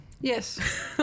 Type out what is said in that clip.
Yes